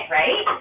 right